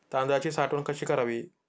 तांदळाची साठवण कशी करावी?